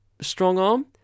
strong-arm